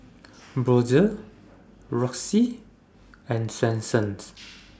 Brotzeit Roxy and Swensens